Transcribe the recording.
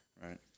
Right